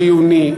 חיוני,